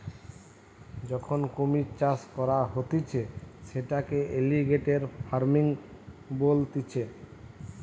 যখন কুমিরের চাষ করা হতিছে সেটাকে এলিগেটের ফার্মিং বলতিছে